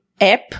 app